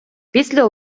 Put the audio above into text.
після